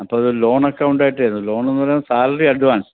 അപ്പോൾ അത് loan account ആയിട്ടായിരുന്നു ലോണെന്നു പറയുമ്പോൾ സാലറി അഡ്വാൻസ്